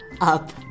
up